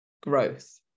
growth